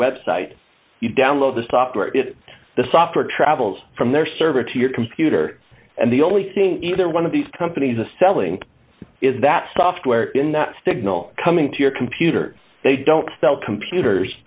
web site you download the software the software travels from their server to your computer and the only thing either one of these companies a selling is that software in that signal coming to your computer they don't sell computers